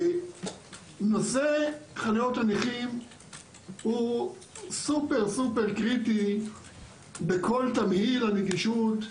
נושא חניות הנכים הוא מאוד קריטי בכל תמהיל הנגישות,